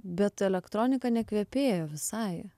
bet elektronika nekvepėjo visai